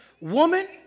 Woman